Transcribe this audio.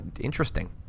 interesting